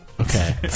Okay